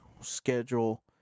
schedule